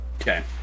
Okay